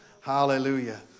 hallelujah